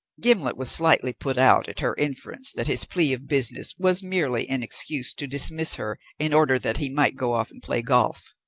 gimblet was slightly put out at her inference that his plea of business was merely an excuse to dismiss her in order that he might go off and play golf.